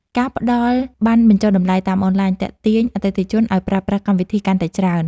ការផ្ដល់ប័ណ្ណបញ្ចុះតម្លៃតាមអនឡាញ ទាក់ទាញអតិថិជនឱ្យប្រើប្រាស់កម្មវិធីកាន់តែច្រើន។